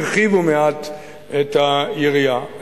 הרחיבו מעט את היריעה,